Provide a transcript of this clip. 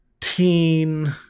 teen